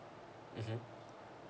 mmhmm